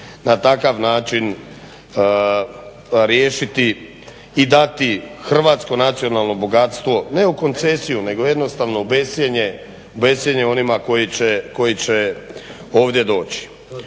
na takav način riješiti i dati hrvatsko nacionalno bogatstvo ne u koncesiju nego jednostavno u bescjenje onima koji će ovdje doći.